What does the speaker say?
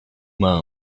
more